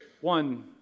one